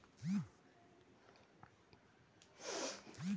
भुगतान वारन्ट में लिखी राशि को कब भुगतान करना है यह भी अंकित होता है